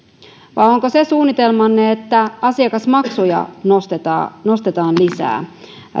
vai onko suunnitelmanne se että asiakasmaksuja nostetaan nostetaan lisää